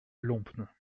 lompnes